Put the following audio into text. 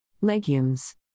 Legumes